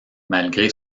malgré